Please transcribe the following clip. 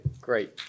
great